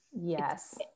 yes